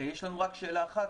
יש לנו רק שאלה אחת,